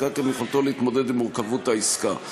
וכך גם יכולתו להתמודד עם מורכבות העסקה.